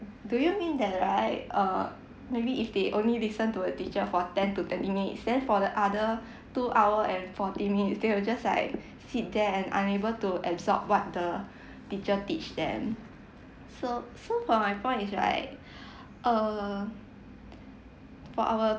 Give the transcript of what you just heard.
do you mean that right uh maybe if they only listen to the teacher for ten to twenty minutes then for the other two hour and forty minutes they will just like sit there and unable to absorb what the teacher teach them so so for my point is right uh for our